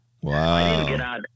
Wow